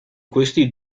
questi